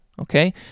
okay